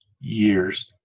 years